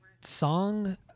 song